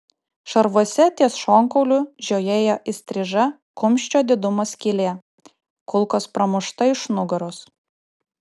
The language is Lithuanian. šarvuose ties šonkauliu žiojėjo įstriža kumščio didumo skylė kulkos pramušta iš nugaros